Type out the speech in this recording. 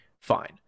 Fine